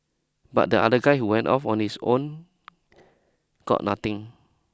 but the other guy who went off on his own got nothing